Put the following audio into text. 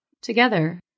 together